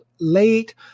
late